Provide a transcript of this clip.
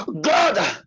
God